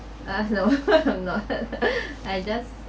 ah no not I just